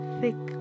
thick